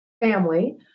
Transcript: family